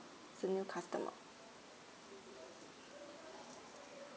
a new customer